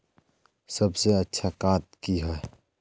सबसे अच्छा खाद की होय?